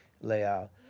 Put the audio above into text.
layout